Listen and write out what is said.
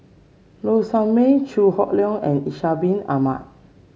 Low Sanmay Chew Hock Leong and Ishak Bin Ahmad